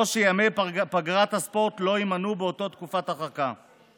או שימי פגרת הספורט לא יימנו באותה תקופת הרחקה.